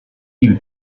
you